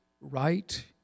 right